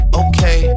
okay